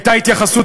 הייתה התייחסות,